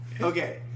Okay